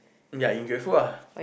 ya yoi grateful ah